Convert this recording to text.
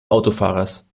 autofahrers